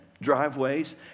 driveways